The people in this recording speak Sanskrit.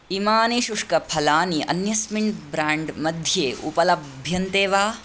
इमानि शुष्कफलानि अन्यस्मिन् ब्राण्ड् मध्ये उपलभ्यन्ते वा